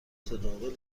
متداول